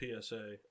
PSA